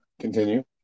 Continue